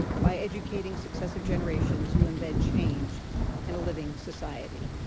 by educating successive generations, you embed change in a living society,